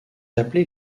appelés